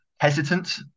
hesitant